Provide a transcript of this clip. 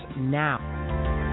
now